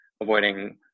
avoiding